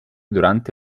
durante